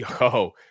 yo